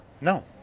No